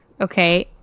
Okay